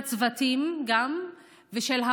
וגם של הצוותים והמורים.